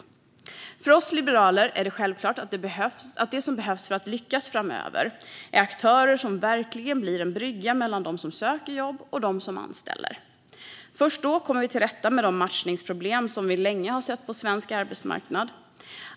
Riksrevisionens rapport om effektiviteten i förmedlings-verksamheten För oss liberaler är det självklart att det som behövs för att lyckas framöver är aktörer som verkligen blir en brygga mellan dem som söker jobb och dem som anställer. Först då kommer vi till rätta med de matchningsproblem som vi länge har sett på svensk arbetsmarknad.